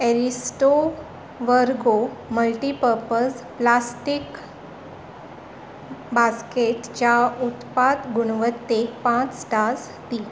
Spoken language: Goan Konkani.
अरिस्टो वर्गो मल्टीपर्पज प्लास्टीक बास्केटच्या उत्पाद गुणवत्तेक पांच स्टार्स दी